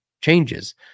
changes